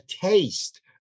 taste